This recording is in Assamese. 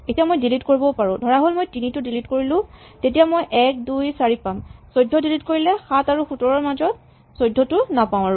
এতিয়া মই ডিলিট কৰিবও পাৰো ধৰাহ'ল মই ৩ টো ডিলিট কৰিলো তেতিয়া মই ১ ২ ৪ পাম ১৪ ডিলিট কৰিলে ৭ আৰু ১৭ ৰ মাজত ১৪ টো নাপাও আৰু